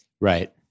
right